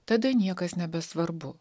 tada niekas nebesvarbu